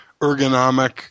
Ergonomic